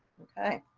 okay.